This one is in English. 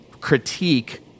critique